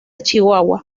chihuahua